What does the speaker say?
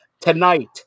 tonight